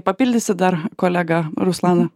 papildysit dar kolegą ruslaną